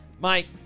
Mike